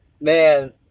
Man